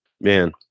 Man